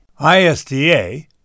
ISDA